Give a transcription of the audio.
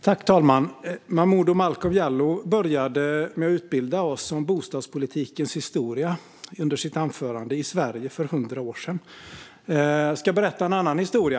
Fru talman! Momodou Malcolm Jallow började sitt anförande med att utbilda oss om bostadspolitikens historia i Sverige för hundra år sedan. Jag ska berätta en annan historia.